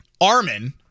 Armin